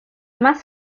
más